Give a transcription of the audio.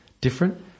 different